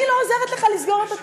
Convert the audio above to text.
אני לא עוזרת לך לסגור את התאגיד.